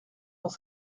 dans